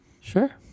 Sure